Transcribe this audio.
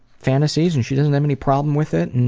fantasies, and she doesn't have any problem with it.